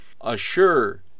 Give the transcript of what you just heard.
Assure